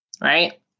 right